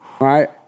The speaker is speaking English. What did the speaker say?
right